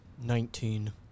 Nineteen